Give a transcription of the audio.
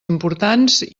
importants